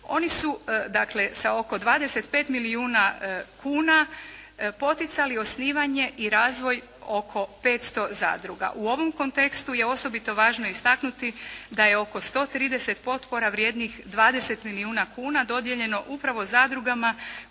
Oni su dakle sa oko 25 milijuna kuna poticali osnivanje i razvoj oko 500 zadruga. U ovom kontekstu je osobito važno istaknuti da je oko 130 potpora vrijednih 20 milijuna kuna dodijeljeno upravo zadrugama